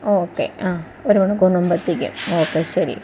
okay ആ ഒരുമണിക്കൂറിനു മുൻപ് എത്തിക്കും ഓക്കേ ശരി